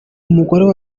umugore